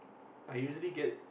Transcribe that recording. I usually get